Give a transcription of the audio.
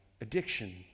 addiction